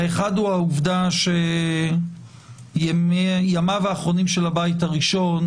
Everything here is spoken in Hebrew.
האחד הוא העובדה שימיו האחרונים של הבית הראשון,